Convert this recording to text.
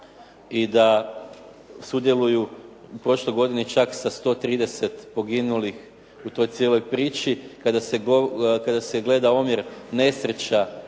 i da sudjeluju u prošloj godini čak sa 130 poginulih u toj cijeloj priči. Kada se gleda omjer nesreća